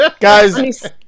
Guys